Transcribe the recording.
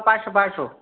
পাইছোঁ পাইছোঁ